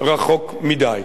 תודה, אדוני היושב-ראש.